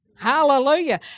Hallelujah